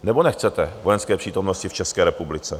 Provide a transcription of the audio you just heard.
Nebo nechcete vojenské přítomnosti v České republice?